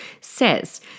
says